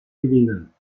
gewinnen